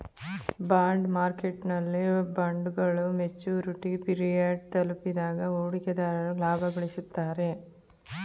bond ಮಾರ್ಕೆಟ್ನಲ್ಲಿ ಬಾಂಡ್ಗಳು maturity period ತಲುಪಿದಾಗ ಹೂಡಿಕೆದಾರರು ಲಾಭ ಗಳಿಸುತ್ತಾರೆ